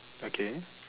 again